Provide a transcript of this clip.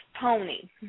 pony